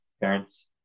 parents